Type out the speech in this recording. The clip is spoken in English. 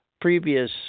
previous